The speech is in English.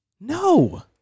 no